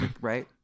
right